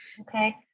Okay